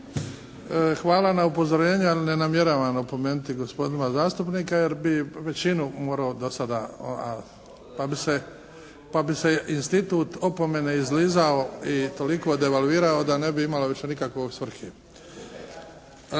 Hvala na upozorenju, ali ne namjeravam opomenuti gospodina zastupnika jer bi većinu morao do sada pa bi se institut opomene izlizao i toliko devalvirao da ne bi imalo više nikakve svrhe.